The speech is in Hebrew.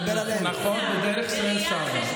לא רק במבחן פיזה.